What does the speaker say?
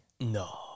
No